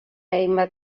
hainbat